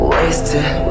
Wasted